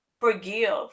forgive